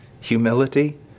humility